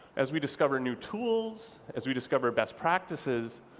as we discover new tools, as we discover best practices,